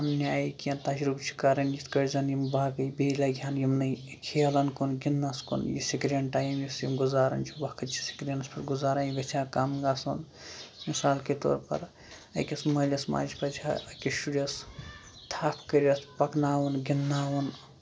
پَنٕنہِ آیہِ کیٚنٛہہ تجرُبہٕ چھِ کران یِتھ کٲٹھۍ زَن یِم باقٕے بیٚیہِ لگہِ ہن یِمنٕے کھیلَن کُن گِندنَس کُن یہِ سِکریٖن ٹایم یُس یِم گُزاران چھِ وقت چھِ سِکریٖنَس پٮ۪ٹھ گُزاران یہِ گژھِ ہا کَم گژھُن مِثال کے طور پر أکِس مٲلِس ماجہِ پَزِ ہا أکِس شُرِس تھپ کٔرِتھ پَکناوُن گِندناوُن